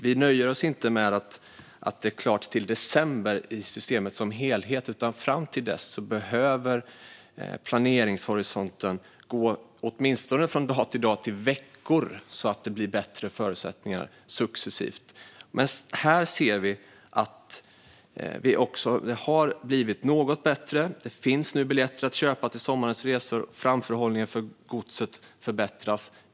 Vi nöjer oss inte med att systemet som helhet är klart till december, utan fram till dess behöver planeringshorisonten gå åtminstone från dag till dag till veckor så att det blir bättre förutsättningar successivt. Här ser vi att det har blivit något bättre. Det finns nu biljetter att köpa till sommarens resor, och framförhållningen för godset förbättras.